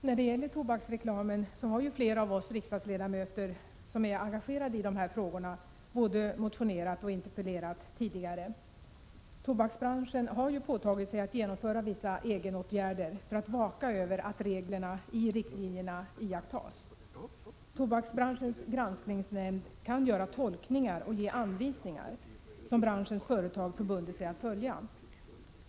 Herr talman! Flera av oss riksdagsledamöter som är engagerade i frågor som gäller tobaksreklam har både motionerat och interpellerat tidigare. Tobaksbranschen har åtagit sig att vidta vissa egenåtgärder för att vaka över att reglerna i riktlinjerna iakttas. Tobaksbranschens granskningsnämnd kan göra tolkningar och ge anvisningar som branschens företag har förbundit sig att följa.